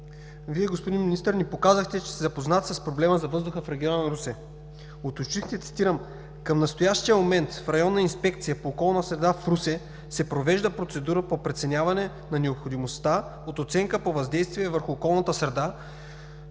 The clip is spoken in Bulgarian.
Вие, господин Министър, ни показахте, че сте запознат с проблема за въздуха в региона на Русе, уточнихте, цитирам: „Към настоящия момент в Районната инспекция по околна среда в Русе се провежда процедура по преценяване на необходимостта от оценка за въздействието върху околната среда,